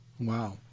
Wow